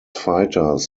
fighters